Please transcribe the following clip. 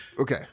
Okay